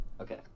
Okay